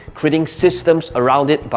creating systems around it, but